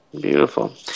Beautiful